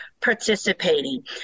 participating